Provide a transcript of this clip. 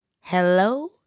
Hello